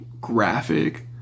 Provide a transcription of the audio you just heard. graphic